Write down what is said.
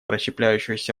расщепляющегося